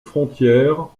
frontière